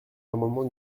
l’amendement